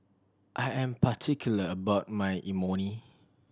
I am particular about my Imoni